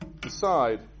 decide